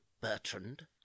Bertrand